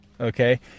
okay